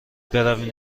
برویم